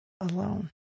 alone